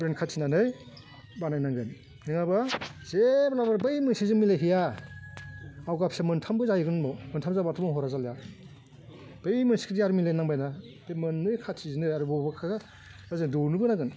brain खाथिनानै बानायनांगोन नङाबा जेब्लाबो बै मोनसेजों मिलायहैया बावगासे मोनथामबो जाहैगोन उनाव मोनथाम जाबाथ' महरा जालिया बै मोनसेखौदि आरो मिलायनांबाय ना बे मोन्नै खाथिजोंनो आरो बबावबाखौ जों दौनोबो नांगोन